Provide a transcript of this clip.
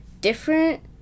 different